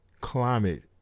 climate